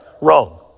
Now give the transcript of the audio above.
Wrong